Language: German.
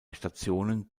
stationen